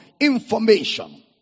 information